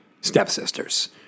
stepsisters